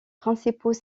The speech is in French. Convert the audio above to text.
principaux